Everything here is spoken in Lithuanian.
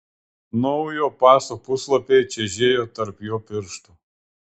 naujo paso puslapiai čežėjo tarp jo pirštų